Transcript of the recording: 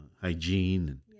hygiene